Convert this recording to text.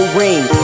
ring